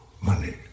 money